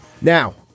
Now